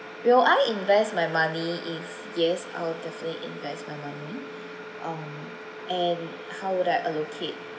will I invest my money is yes I will definitely invest my money um and how will I allocate